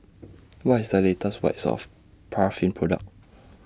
What IS The latest White Soft Paraffin Product